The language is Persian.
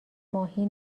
ماهی